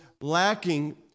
lacking